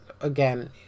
again